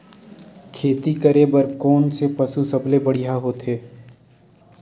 खेती करे बर कोन से पशु सबले बढ़िया होथे?